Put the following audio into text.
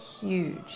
Huge